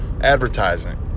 advertising